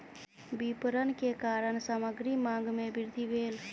विपरण के कारण सामग्री मांग में वृद्धि भेल